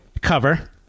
cover